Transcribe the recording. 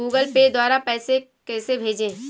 Google Pay द्वारा पैसे कैसे भेजें?